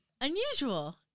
unusual